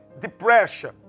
depression